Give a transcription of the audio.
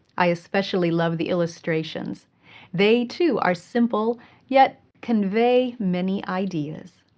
i especially love the illustrations they, too, are simple yet convey many ideas.